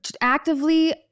actively